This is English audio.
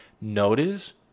notice